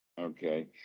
Okay